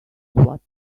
what